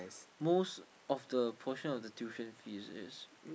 most of the portion of the tuition fees is